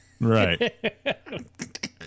Right